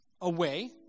away